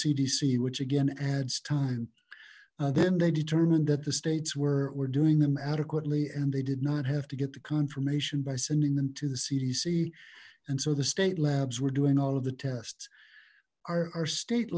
cdc which again adds time then they determined that the states were were doing them adequately and they did not have to get the confirmation by sending them to the cdc and so the state labs were doing all of the tests our state